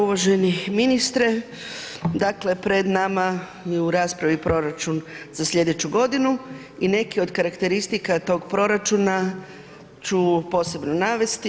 Uvaženi ministre dakle pred nama je u raspravi proračun za slijedeću godinu i neki od karakteristika tog proračuna ću posebno navesti.